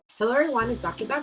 hello everyone is dr.